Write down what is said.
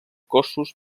cossos